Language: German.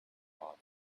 art